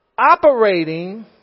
operating